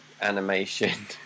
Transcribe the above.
animation